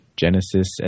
Genesis